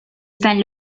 san